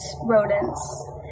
rodents